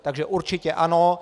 Takže určitě ano.